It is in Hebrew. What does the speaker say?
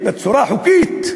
חוקית.